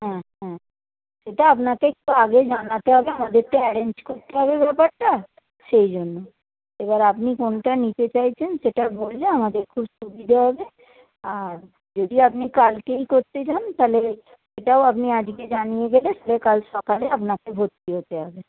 হ্যাঁ হ্যাঁ সেটা আপনাকে একটু আগেই জানাতে হবে আমাদের তো অ্যারেঞ্জ করতে হবে পুরো ব্যাপারটা সেই জন্য এবার আপনি কোনটা নিতে চাইছেন সেটা বললে আমাদের খুব সুবিধে হবে আর যদি আপনি কালকেই করতে চান তাহলে সেটাও আপনি আজকে জানিয়ে দিলে কাল সকালে আপনাকে ভর্তি হতে হবে